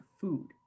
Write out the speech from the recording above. food